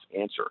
answer